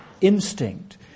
instinct